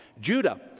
Judah